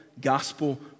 gospel